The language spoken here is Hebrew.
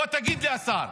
בוא תגיד לי, השר,